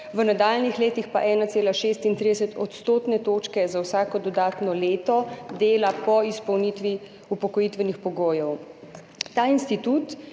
v nadaljnjih letih pa 1,36 odstotne točke za vsako dodatno leto dela po izpolnitvi upokojitvenih pogojev. Ta institut